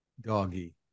Doggy